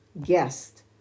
guest